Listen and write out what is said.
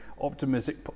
optimistic